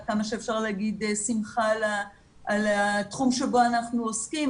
עד כמה שאפשר להגיד שמחה על התחום שבו אנחנו עוסקים,